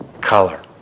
color